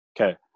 Okay